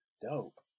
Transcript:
Dope